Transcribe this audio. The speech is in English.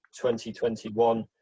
2021